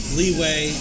leeway